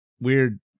weird